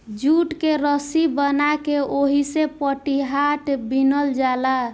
jute के रसी बना के ओहिसे पटिहाट बिनल जाला